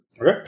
Okay